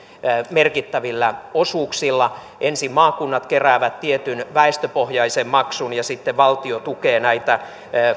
merkittävillä osuuksilla ensin maakunnat keräävät tietyn väestöpohjaisen maksun ja sitten valtio tukee näitä